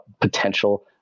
potential